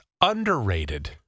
underrated